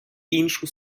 іншу